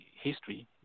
history